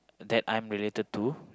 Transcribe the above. that I'm related to